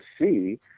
see